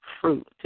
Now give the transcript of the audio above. fruit